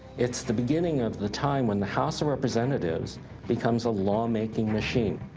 it's the beginning of the time when the house of representatives becomes a lawmaking machine.